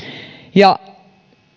ja